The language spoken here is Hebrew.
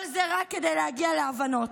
כל זה רק כדי להגיע להבנות.